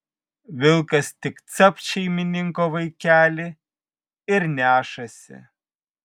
vilkas tik capt šeimininko vaikelį ir nešasi